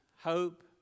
hope